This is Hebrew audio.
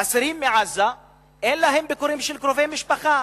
האסירים מעזה אין להם ביקורים של קרובי משפחה,